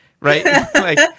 right